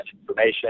information